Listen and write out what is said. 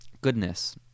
goodness